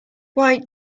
why